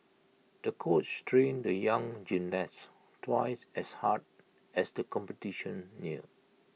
the coach trained the young gymnast twice as hard as the competition neared